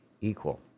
equal